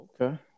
Okay